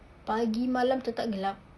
pagi malam tetap gelap